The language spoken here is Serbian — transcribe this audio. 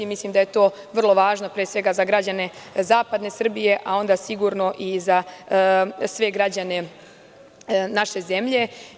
Mislim da je to vrlo važno, pre svega za građane zapadne Srbije, a onda sigurno i za sve građane naše zemlje.